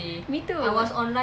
me too